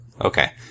Okay